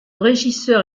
régisseur